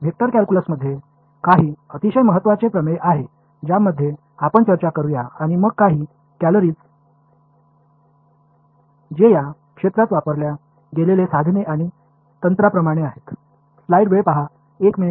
vector कॅल्क्युलसमध्ये काही अतिशय महत्त्वाचे प्रमेय आहेत ज्याबद्दल आपण चर्चा करूया आणि मग काही कोरोलरीज जे या क्षेत्रात वापरल्या गेलेले साधने आणि तंत्राप्रमाणे आहेत